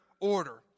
order